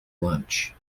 lunch